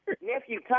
Nephew